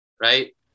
right